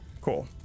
Cool